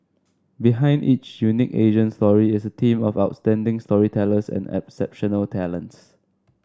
behind each unique Asian story is a team of outstanding storytellers and exceptional talents